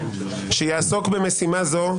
שיעסוק במשימה זו,